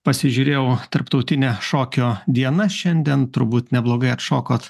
pasižiūrėjau tarptautinė šokio diena šiandien turbūt neblogai atšokot